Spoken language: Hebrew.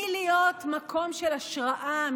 מלהיות מקום של השראה,